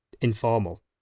informal